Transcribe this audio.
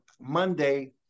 Monday